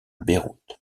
beyrouth